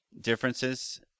differences